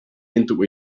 into